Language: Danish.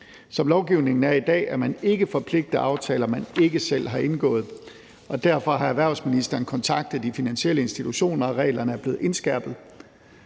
Som lovgivningen er i dag, er man ikke forpligtet af aftaler, man ikke selv har indgået, og derfor har erhvervsministeren kontaktet de finansielle institutioner, og reglerne er blevet indskærpet.